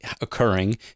occurring